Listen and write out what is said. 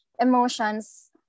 emotions